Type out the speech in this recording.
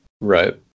right